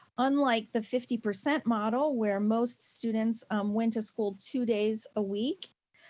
unlike the fifty percent model, where most students went to school two days a week,